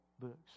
books